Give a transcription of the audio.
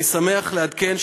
אני שמח לעדכן,